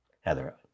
Heather